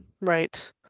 Right